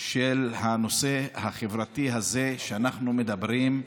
של הנושא החברתי הזה שאנחנו מדברים עליו.